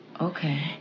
Okay